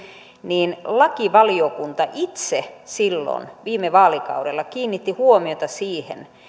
niin lakivaliokunta itse silloin viime vaalikaudella kiinnitti huomiota siihen